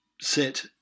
sit